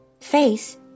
Face